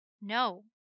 No